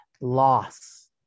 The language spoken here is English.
Loss